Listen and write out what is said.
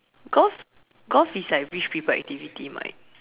golf golf is like rich people activity mate